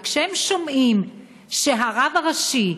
וכשהם שומעים שהרב הראשי,